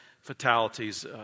fatalities